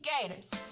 Gators